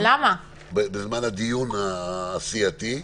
בזמן הדיון הסיעתי.